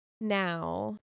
now